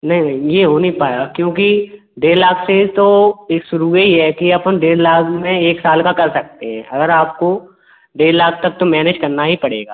नहीं नहीं ये हो नहीं पाया क्योंकि डेढ़ लाख से तो ही शुरू है कि अपन डेढ़ लाख में एक साल साल का कर सकते हैं अगर आपको डेढ़ लाख तक तो मैनेज करना ही पड़ेगा